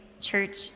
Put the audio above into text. church